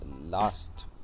last